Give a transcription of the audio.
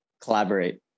Collaborate